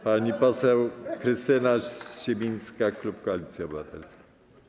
Pani poseł Krystyna Sibińska, klub Koalicja Obywatelska.